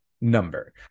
number